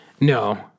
No